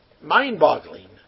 mind-boggling